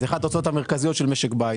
זאת אחת ההוצאות המרכזיות של משק בית.